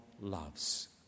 loves